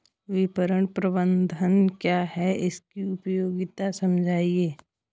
विपणन प्रबंधन क्या है इसकी उपयोगिता समझाइए?